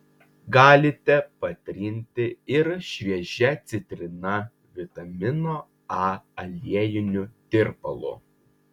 galite patrinti ir šviežia citrina vitamino a aliejiniu tirpalu